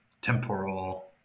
temporal